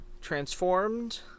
transformed